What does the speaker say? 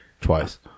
twice